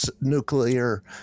nuclear